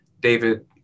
David